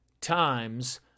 times